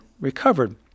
recovered